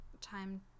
Time